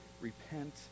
repent